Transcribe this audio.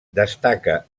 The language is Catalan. destaca